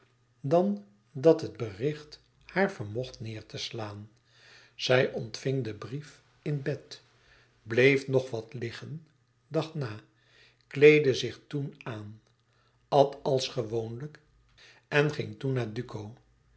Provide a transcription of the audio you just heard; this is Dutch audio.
dan dat het bericht haar vermocht neêr te slaan zij ontving den brief in bed bleef nog wat liggen dacht na kleedde zich toen aan at als gewoonlijk en ging toen